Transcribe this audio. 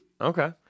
Okay